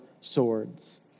swords